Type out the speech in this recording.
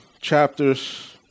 chapters